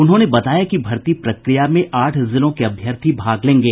उन्होंने बताया कि भर्ती प्रक्रिया में आठ जिलों के अभ्यर्थी भाग लेंगे